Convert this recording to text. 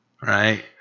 right